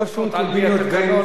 הוא צריך לדבר עשר דקות,